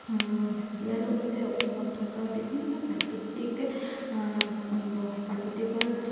ইয়াৰ লগতে অসমত থকা বিভিন্ন প্ৰাকৃতিক প্ৰাকৃতিক